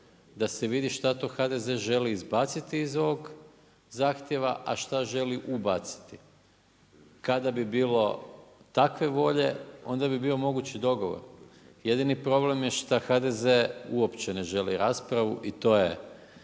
da se vidi šta to HDZ želi izbaciti iz ovog zahtjeva, a šta želi ubaciti. Kada bi bilo takve volje onda bi bio moguć i dogovor. Jedini problem je šta HDZ uopće ne želi raspravu i to je